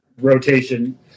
rotation